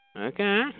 Okay